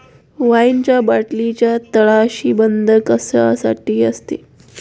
वाईनच्या बाटलीच्या तळाशी बंट कशासाठी असते?